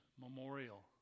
memorial